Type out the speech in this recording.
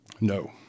No